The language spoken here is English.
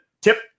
tip